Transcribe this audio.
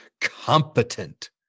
competent